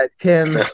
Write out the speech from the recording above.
Tim